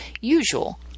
usual